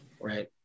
Right